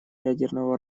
ядерного